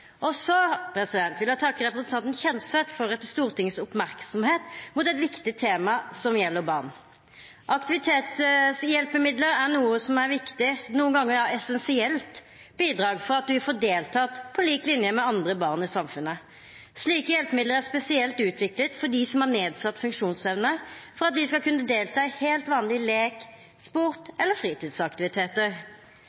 Så vil jeg takke representanten Kjenseth for å rette Stortingets oppmerksomhet mot et viktig tema som gjelder barn. Aktivitetshjelpemidler er noe som er et viktig, noen ganger essensielt, bidrag til at de får deltatt på lik linje med andre barn i samfunnet. Slike hjelpemidler er spesielt utviklet for dem som har nedsatt funksjonsevne, for at de skal kunne delta i helt vanlig lek, sport